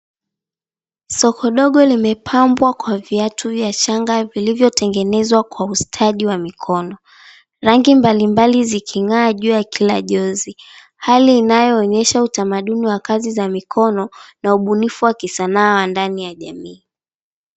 Soko dogo limepambwa kwa viatu vya shanga vilivyotengenezwa kwa ustadi wa mikono. Rangi mbalimbali ziking'aa juu ya kila jozi, hali inayoonyesha utamaduni wa kazi za mikono na ubunifu wa kisanaa ndani ya jamii.